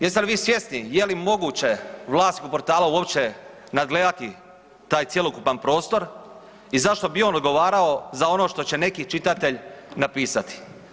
Jeste li vi svjesni je li moguće vlasnik portala uopće nadgledati taj cjelokupan prostor i zašto bi odgovarao za ono što će neki čitatelj napisati?